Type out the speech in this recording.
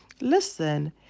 listen